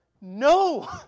No